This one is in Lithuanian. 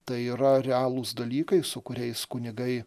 tai yra realūs dalykai su kuriais kunigai